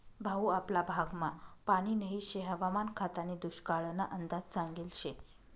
भाऊ आपला भागमा पानी नही शे हवामान खातानी दुष्काळना अंदाज सांगेल शे